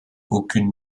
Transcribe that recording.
aucune